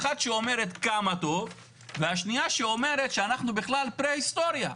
אחת שאומרת כמה טוב והשניה שאומרת שאנחנו בכלל פרה- הסטוריה,